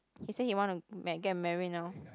he say he wanna like get married now